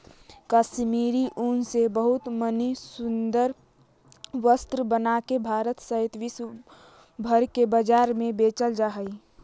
कश्मीरी ऊन से बहुत मणि सुन्दर वस्त्र बनाके भारत सहित विश्व भर के बाजार में बेचल जा हई